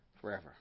forever